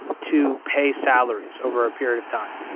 to pay salaries over a period of time.